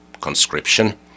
conscription